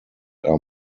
are